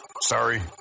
Sorry